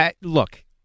Look